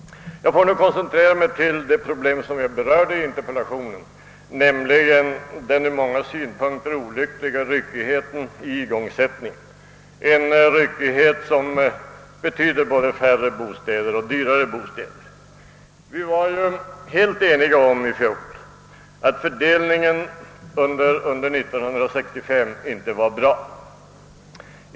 Jag får nu koncentrera mig på det problem jag berörde i interpellationen, nämligen den ur många synpunkter olyckliga ryckigheten vid igångsättningen, en ryckighet som betyder både färre bostäder och dyrare bostäder. Vi var ju i fjol helt eniga om att fördelningen under 1965 inte var bra.